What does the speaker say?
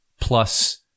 plus